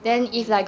!wow!